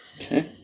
Okay